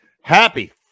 Happy